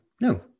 No